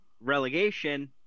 relegation